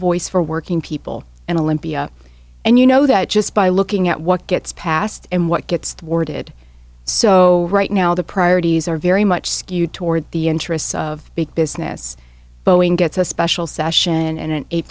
voice for working people and olympia and you know that just by looking at what gets passed and what gets thwarted so right now the priorities are very much skewed toward the interests of big business boeing gets a special session and an eight